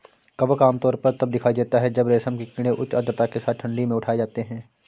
कवक आमतौर पर तब दिखाई देता है जब रेशम के कीड़े उच्च आर्द्रता के साथ ठंडी में उठाए जाते हैं